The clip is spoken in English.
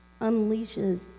unleashes